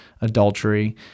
adultery